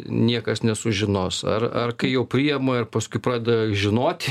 niekas nesužinos ar ar kai jau priema ir paskui pradeda žinoti